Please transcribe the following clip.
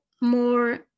more